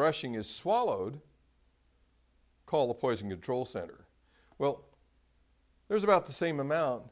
brushing is swallowed call the poison control center well there's about the same amount